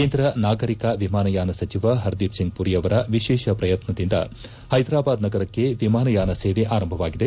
ಕೇಂದ್ರ ನಾಗರಿಕ ವಿಮಾನಯಾನ ಸಚಿವ ಪರ್ದೀಪ್ ಸಿಂಗ್ ಪುರಿಯವರ ವಿಶೇಷ ಪ್ರಯತ್ನದಿಂದ ಹೈದರಾಬಾದ್ ನಗರಕ್ಕೆ ವಿಮಾನ ಯಾನ ಸೇವೆ ಆರಂಭವಾಗಿದೆ